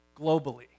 globally